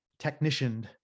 technicianed